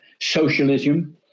socialism